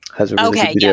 Okay